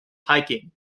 hiking